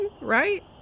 right